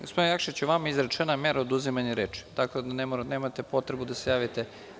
Gospodine Jakšiću, vama je izrečena mera oduzimanja reči, tako da nemate potrebu da se javite.